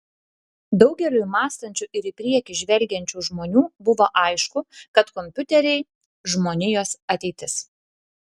daugeliui mąstančių ir į priekį žvelgiančių žmonių buvo aišku kad kompiuteriai žmonijos ateitis